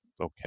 Okay